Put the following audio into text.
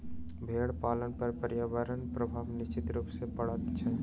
भेंड़ पालन पर पर्यावरणक प्रभाव निश्चित रूप सॅ पड़ैत छै